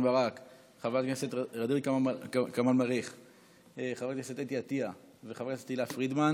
הרווחה והבריאות נתקבלה.